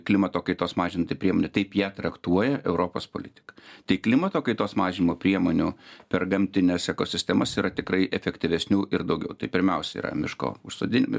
klimato kaitos mažinti priemonė taip ją traktuoja europos politika tai klimato kaitos mažinimo priemonių per gamtines ekosistemas yra tikrai efektyvesnių ir daugiau tai pirmiausia yra miško užsodinime